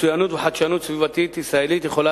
מצוינות וחדשנות ישראלית בתחום הסביבה יכולות